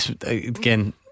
Again